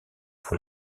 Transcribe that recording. pour